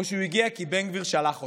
או שהוא הגיע כי בן גביר שלח אותו.